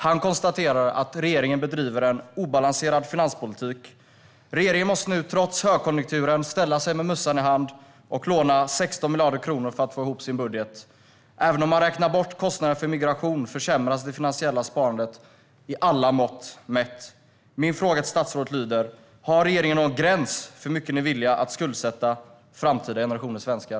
Han konstaterar att regeringen bedriver en obalanserad finanspolitik. Regeringen måste nu trots högkonjunkturen ställa sig med mössan i hand och låna 16 miljarder kronor för att få ihop sin budget. Även om man räknar bort kostnaden för migration försämras det finansiella sparandet med alla mått mätt. Min fråga till statsrådet lyder: Har regeringen någon gräns för hur mycket ni är villiga att skuldsätta framtida generationers svenskar?